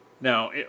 Now